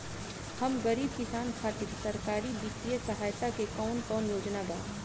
हम गरीब किसान खातिर सरकारी बितिय सहायता के कवन कवन योजना बा?